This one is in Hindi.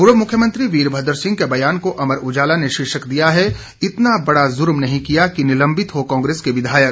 पूर्व मुख्यमंत्री वीरभद्र सिंह के बयान को अमर उजाला ने शीर्षक दिया है इतना बड़ा जुर्म नहीं किया कि निलंबित हों कांग्रेस के विधायक